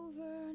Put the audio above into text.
over